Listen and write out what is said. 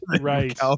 right